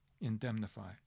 indemnify